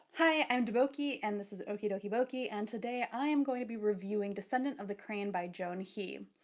hi i'm deboki, and this is okidokiboki, and today i am going to be reviewing descendant of the crane by joan he,